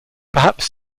perhaps